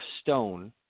stone